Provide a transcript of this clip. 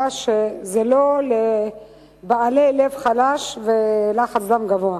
שזה לא לבעלי לב חלש ולחץ דם גבוה.